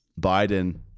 Biden